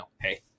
hey